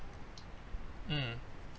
mm